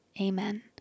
Amen